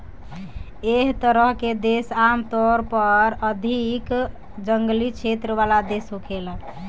एह तरह के देश आमतौर पर अधिक जंगली क्षेत्र वाला देश होखेला